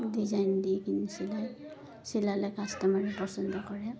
design দি কিনে চিলাই চিলালে কাষ্টমাৰে পচন্দ কৰে